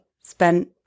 spent